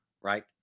right